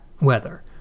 weather